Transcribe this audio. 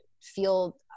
feel